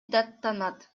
даттанат